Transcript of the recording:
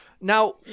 Now